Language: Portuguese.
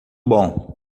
bom